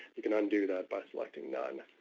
you can undo that by selecting none.